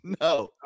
no